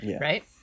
right